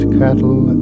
cattle